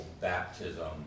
baptism